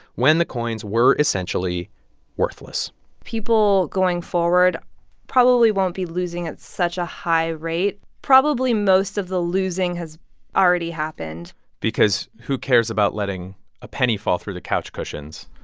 when the coins were essentially worthless people going forward probably won't be losing at such a high rate. probably most of the losing has already happened because who cares about letting a penny fall through the couch cushions?